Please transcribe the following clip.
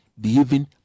behaving